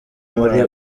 muri